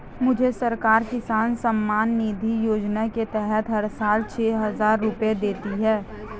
मुझे सरकार किसान सम्मान निधि योजना के तहत हर साल छह हज़ार रुपए देती है